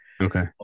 Okay